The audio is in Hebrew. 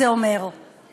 הבעיה היא לא אצלם.